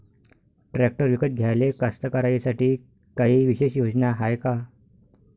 Tractor विकत घ्याले कास्तकाराइसाठी कायी विशेष योजना हाय का?